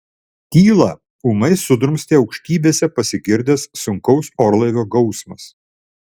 tylą ūmai sudrumstė aukštybėse pasigirdęs sunkaus orlaivio gausmas